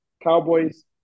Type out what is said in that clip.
Cowboys